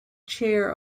chair